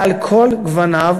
על כל גווניו,